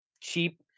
cheap